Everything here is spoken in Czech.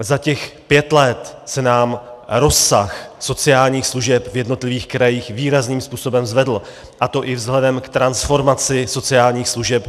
Za těch pět let se nám rozsah sociálních služeb v jednotlivých krajích výrazným způsobem zvedl, a to i vzhledem k transformaci sociálních služeb.